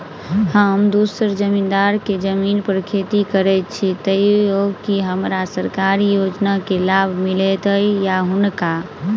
हम दोसर जमींदार केँ जमीन पर खेती करै छी तऽ की हमरा सरकारी योजना केँ लाभ मीलतय या हुनका?